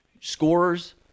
scorers